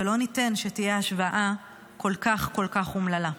ולא ניתן שתהיה השוואה כל כך כל כך אומללה.